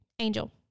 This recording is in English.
Angel